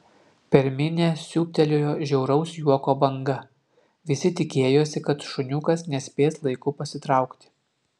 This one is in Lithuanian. per minią siūbtelėjo žiauraus juoko banga visi tikėjosi kad šuniukas nespės laiku pasitraukti